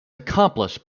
accomplished